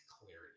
clarity